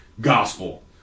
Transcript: gospel